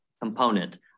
component